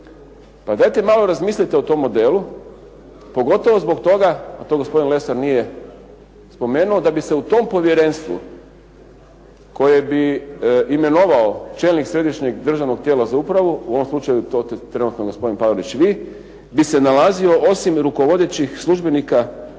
Pa dajte malo razmislite o tom modelu, pogotovo zbog toga, a to gospodin Lesar nije spomenuo da bi se u tom povjerenstvu koje bi imenovao čelnik središnjeg državnog tijela za upravu, u ovom slučaju to ste trenutno gospodin Palarić vi, bi se nalazio osim rukovodećih službenika iz